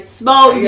smoke